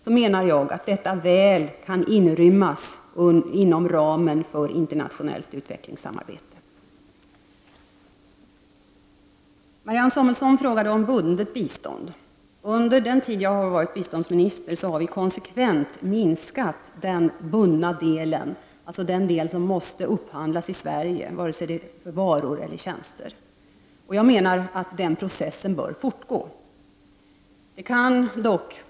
Jag menar att detta väl kan inrymmas inom ramen för internationellt utvecklingssamarbete. Marianne Samuelsson frågade mig om bundet bistånd. Under den tid jag har varit biståndsminister har vi konsekvent minskat den bundna delen, dvs. den del som måste upphandlas i Sverige, vare sig det gäller varor eller tjänster. Jag menar att den processen bör fortgå.